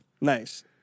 Nice